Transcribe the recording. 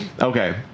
okay